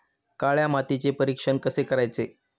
काळ्या मातीचे परीक्षण कसे करायचे?